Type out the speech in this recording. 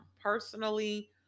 personally